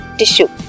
tissue